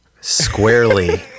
squarely